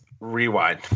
rewind